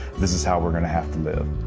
this is how we're going to have to live.